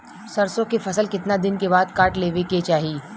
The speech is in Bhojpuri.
सरसो के फसल कितना दिन के बाद काट लेवे के चाही?